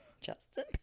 Justin